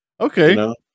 Okay